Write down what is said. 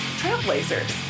trailblazers